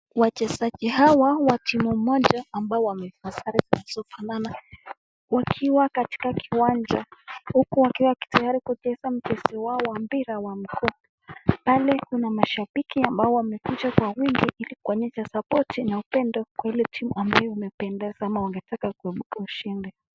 Wachezaji hawa wa timu moja ambao wamevaa sare zinazofanana wakiwa katika kiwanja huku wakiwa tayari kucheza mchezo wao wa mpira wa mguu, pale kuna mashabiki ambao wamekuja kwa wingi ili kuonyesha sapoti na upendo kwa ile timu ambayo wamependeza ama wangetaka ishinde.